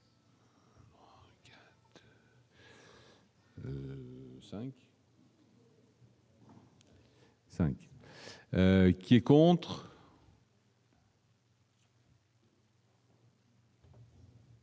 Qui est contre.